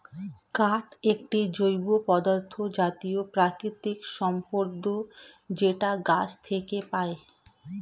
কাঠ একটি জৈব পদার্থ জাতীয় প্রাকৃতিক সম্পদ যেটা গাছ থেকে পায়